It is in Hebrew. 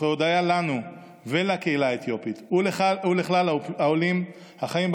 וכהודיה לנו ולקהילה האתיופית ולכלל העולים החיים,